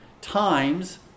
Times